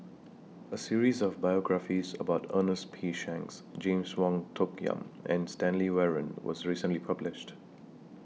A series of biographies about Ernest P Shanks James Wong Tuck Yim and Stanley Warren was recently published